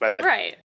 Right